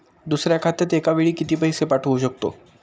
दुसऱ्या खात्यात एका वेळी किती पैसे पाठवू शकतो?